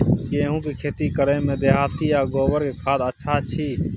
गेहूं के खेती करे में देहाती आ गोबर के खाद अच्छा छी?